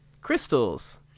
Crystals